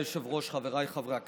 חבריי חברי הכנסת,